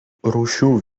rūšių